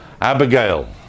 Abigail